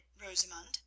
Rosamund